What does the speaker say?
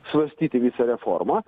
svarstyti visą reformą